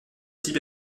type